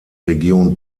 region